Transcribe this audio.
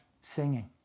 singing